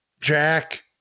Jack